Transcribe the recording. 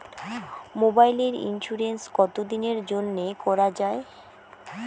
মোবাইলের ইন্সুরেন্স কতো দিনের জন্যে করা য়ায়?